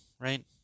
right